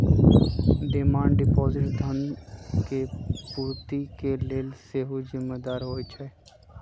demand deposit धन के पूर्ति के लेल सेहो जिम्मेदार होइ छइ